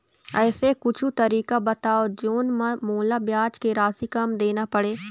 ऐसे कुछू तरीका बताव जोन म मोला ब्याज के राशि कम देना पड़े?